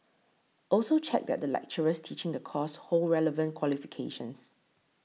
also check that the lecturers teaching the course hold relevant qualifications